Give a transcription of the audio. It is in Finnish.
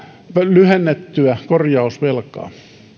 lyhennettyä korjausvelkaa